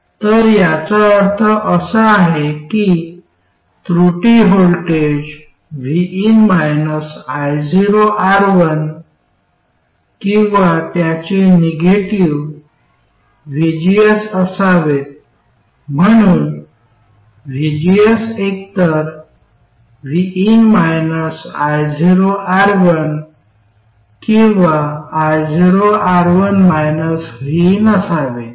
तर याचा अर्थ असा आहे की त्रुटी व्होल्टेज vin ioR1 किंवा त्याचे निगेटिव्ह vgs असावेत म्हणून vgs एकतर vin ioR1 किंवा ioR1 vin असावे